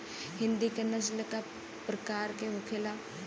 हिंदी की नस्ल का प्रकार के होखे ला?